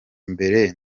mbere